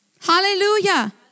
Hallelujah